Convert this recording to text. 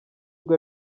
ubwo